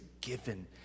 given